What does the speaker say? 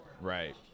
Right